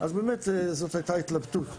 אז באמת זאת היתה התלבטות.